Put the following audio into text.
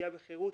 פגיעה בחירות